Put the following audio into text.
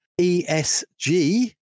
ESG